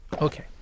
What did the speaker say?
Okay